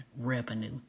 revenue